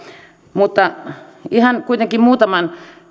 ihan kuitenkin muutaman